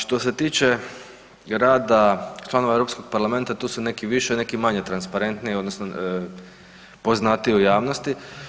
Što se tiče rada članova EU parlamenta, tu su neki više, neki manje transparentniji odnosno poznatiji u javnosti.